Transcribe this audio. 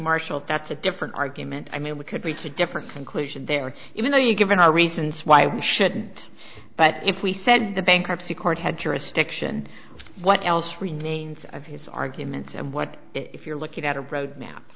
marshall that's a different argument i mean we could reach a different conclusion there even though you've given our reasons why we shouldn't but if we said the bankruptcy court had jurisdiction what else remains of his arguments and what if you're looking at a road map